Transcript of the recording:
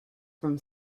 from